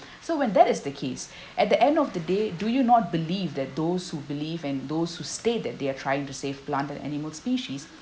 so when that is the case at the end of the day do you not believe that those who believe and those who state that they are trying to save plant and animal species